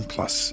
Plus